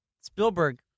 Spielberg